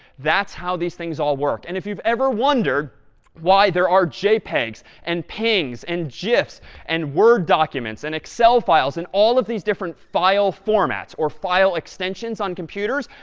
that's how these things all work. and if you've ever wondered why there are jpegs and pngs and gifs and word documents and excel files and all of these different file formats or file extensions on computers,